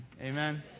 Amen